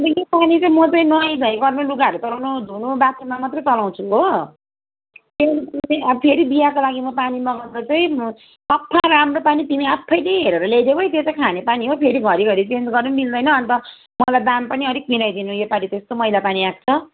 यो पानी चाहिँ म चाहिँ नुवाई धुवाई गर्नु लुगाहरू चलाउनु धुनु बाथरूममा मात्रै चलाउँछु हो ट्याङ्कीको चाहिँ अब फेरि बिहाको लागि म पानी मगाउँदा चाहिँ म सफा राम्रो पानी तिमी आफैले हेरेर ल्याइदेउ है त्यो चाहिँ खाने पानी हो फेरि घरिघरि चेन्ज गर्नु नि मिल्दैन अन्त मलाई दाम पनि अलिक मिलाइदिनु यो पालि त्यसतो मैला पानी आकोछ